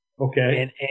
Okay